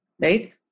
right